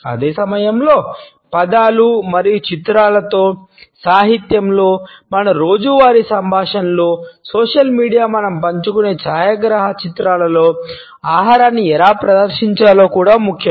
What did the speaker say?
అదే సమయంలో పదాలు మరియు చిత్రాలలో సాహిత్యంలో మన రోజువారీ సంభాషణలో సోషల్ మీడియాలో మనం పంచుకునే ఛాయాచిత్రాలలో ఆహారాన్ని ఎలా ప్రదర్శించాలో కూడా ముఖ్యం